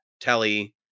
Telly